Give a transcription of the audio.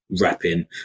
rapping